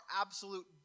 absolute